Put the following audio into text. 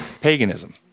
Paganism